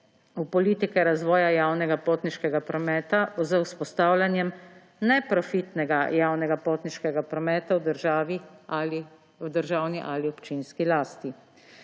v politike razvoja javnega potniškega prometa z vzpostavljanjem neprofitnega javnega potniškega prometa v državni ali občinski lasti.